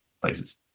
places